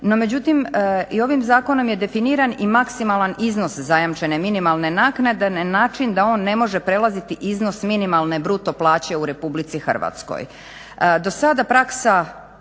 Međutim i ovim zakonom je definiran i maksimalan iznos zajamčene minimalne naknade na način da on ne može prelaziti iznos minimalne bruto plaće u RH.